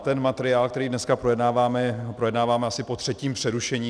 Ten materiál, který dneska projednáváme, projednáváme asi po třetím přerušení.